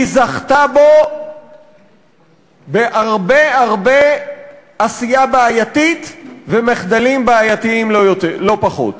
היא זכתה בו בהרבה הרבה עשייה בעייתית ומחדלים בעייתיים לא פחות.